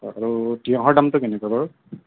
আৰু তিয়হৰ দামটো কেনেকুৱা বাৰু